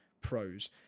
pros